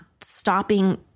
stopping